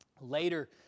Later